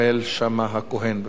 בבקשה, אדוני.